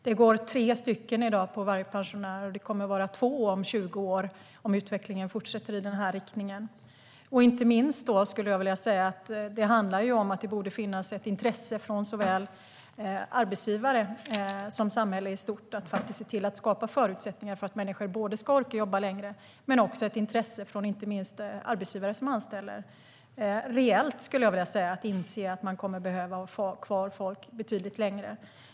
Det går i dag tre på varje pensionär, och det kommer att vara två om 20 år om utvecklingen fortsätter i denna riktning. Det handlar inte minst om att det borde finnas ett intresse från såväl arbetsgivare som samhället i stort att se till att skapa förutsättningar för att människor ska orka jobba längre. Men det behövs också ett intresse inte minst från arbetsgivare som anställer och att man reellt inser att man kommer att behöva ha kvar människor betydligt längre.